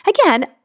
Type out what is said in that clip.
again